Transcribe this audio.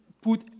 put